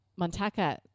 Montaka